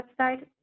website